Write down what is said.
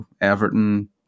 Everton